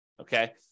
okay